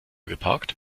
geparkt